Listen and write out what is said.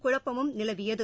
குழப்பமும் நிலவியது